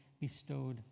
bestowed